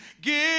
Give